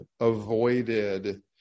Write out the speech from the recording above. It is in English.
avoided